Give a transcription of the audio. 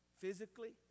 Physically